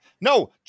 No